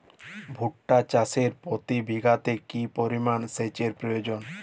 ভুট্টা চাষে প্রতি বিঘাতে কি পরিমান সেচের প্রয়োজন?